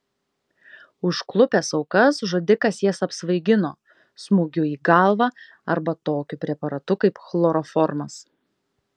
užklupęs aukas žudikas jas apsvaigino smūgiu į galvą arba tokiu preparatu kaip chloroformas